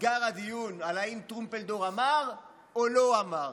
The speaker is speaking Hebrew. נסגר הדיון על אם טרומפלדור אמר או לא אמר,